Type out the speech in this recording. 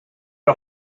get